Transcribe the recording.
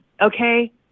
Okay